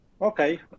Okay